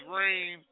rain